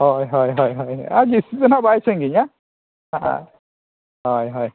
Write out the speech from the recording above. ᱦᱳᱭ ᱦᱳᱭ ᱦᱳᱭ ᱟᱨ ᱡᱟᱹᱥᱛᱤ ᱫᱚ ᱦᱟᱸᱜ ᱵᱟᱭ ᱥᱟᱺᱜᱤᱧᱟ ᱟᱨ ᱦᱳᱭ ᱦᱳᱭ